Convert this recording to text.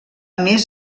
més